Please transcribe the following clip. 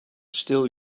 still